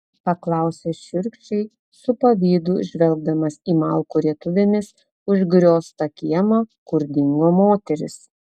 paklausė šiurkščiai su pavydu žvelgdamas į malkų rietuvėmis užgrioztą kiemą kur dingo moterys